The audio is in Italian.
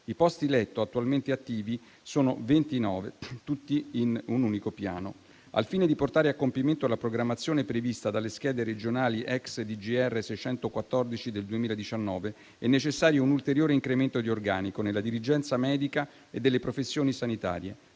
I posti letto attualmente attivi sono 29, tutti in un unico piano. Al fine di portare a compimento la programmazione prevista dalle schede regionali, *ex* deliberazione della Giunta regionale n. 614 del 2019, è necessario un ulteriore incremento di organico nella dirigenza medica e delle professioni sanitarie,